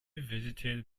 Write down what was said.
visited